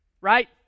Right